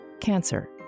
cancer